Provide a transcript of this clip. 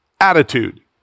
attitude